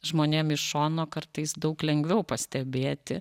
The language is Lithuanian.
žmonėm iš šono kartais daug lengviau pastebėti